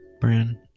brand